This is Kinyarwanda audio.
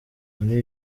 muri